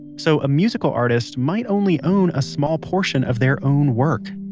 so a musical artist might only own a small portion of their own work